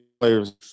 players